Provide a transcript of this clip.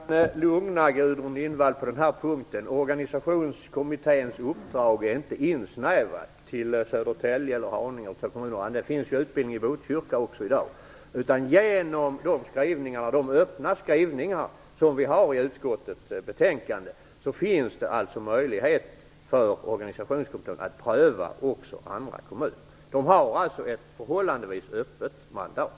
Fru talman! Jag kan lugna Gudrun Lindvall på denna punkt. Organisationskommitténs uppdrag är inte insnävat till Södertälje eller Haninge. Det finns också utbildning i Botkyrka i dag. Genom de öppna skrivningarna i utskottets betänkande finns det möjlighet för organisationskommittén att pröva också andra kommuner. Man har alltså ett förhållandevis öppet mandat.